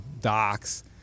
docks